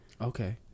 Okay